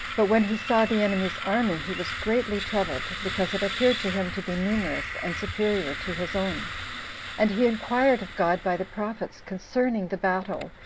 but when he saw the enemy's army he was greatly troubled, because it appeared to him to be numerous, and superior to his own and he inquired of god by the prophets concerning the battle,